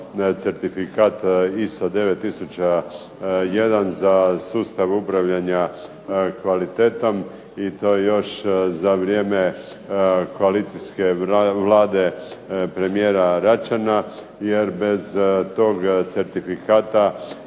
certifikat ISO 9001 za sustav upravljanja kvalitetom i to još za vrijeme koalicijske vlade premijera Račana. Jer bez tog certifikata